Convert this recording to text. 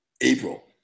April